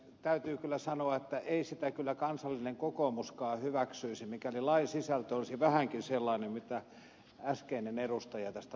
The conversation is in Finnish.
täytyy kyllä sanoa että ei sitä kyllä kansallinen kokoomuskaan hyväksyisi mikäli lain sisältö olisi vähänkin sellainen mitä äskeinen edustaja tästä laista kertoi